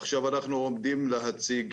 עכשיו אנחנו עומדים להציג